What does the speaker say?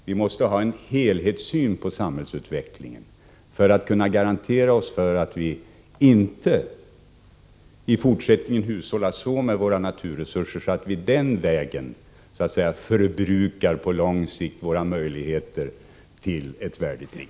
Vi måste ha en helhetssyn på samhällsutvecklingen för att kunna garantera att vii fortsättningen inte handskas så med våra naturresurser att vi den vägen på lång sikt förbrukar våra möjligheter till ett värdigt liv.